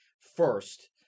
First